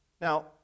Now